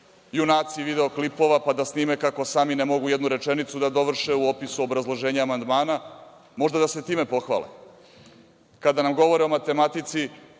junaci video klipova, pa da snime kako sami ne mogu jednu rečenicu da dovrše u opisu obrazloženja amandmana. Možda da se time pohvale. Kada nam govore o matematici,